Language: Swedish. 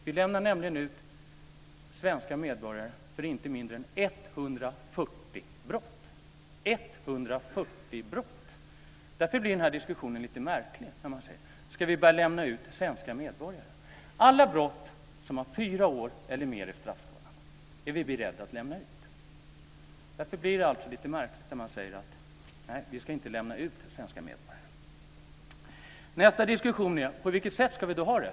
Vi lämnar nämligen ut svenska medborgare för inte mindre än 140 brott. Därför blir diskussionen lite märklig när man frågar om vi ska börja lämna ut svenska medborgare. Personer som begår brott som har fyra år eller mer i straffskalan är vi beredda att lämna ut. Det blir då lite märkligt när man säger att vi inte ska lämna ut svenska medborgare. Nästa diskussion gäller hur vi ska ha det.